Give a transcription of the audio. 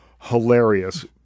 hilarious